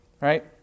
right